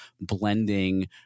blending